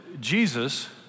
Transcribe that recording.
Jesus